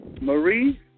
Marie